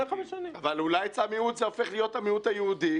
אבל אולי המיעוט הופך להיות המיעוט היהודי,